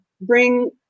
bring